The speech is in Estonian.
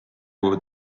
need